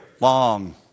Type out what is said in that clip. long